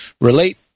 relate